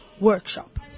workshop